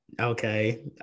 Okay